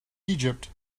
egypt